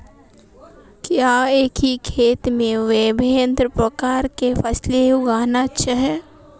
क्या एक ही खेत में विभिन्न प्रकार की फसलें उगाना अच्छा है?